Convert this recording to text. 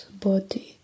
body